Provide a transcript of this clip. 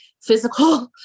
physical